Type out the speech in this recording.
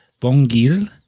Bongil